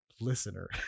listener